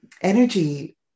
energy